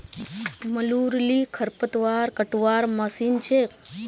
मोलूर ली खरपतवार कटवार मशीन छेक